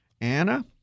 Anna